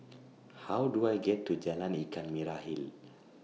How Do I get to Jalan Ikan Merah Hill